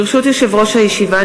ברשות יושב-ראש הישיבה,